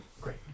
Great